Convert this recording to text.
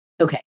Okay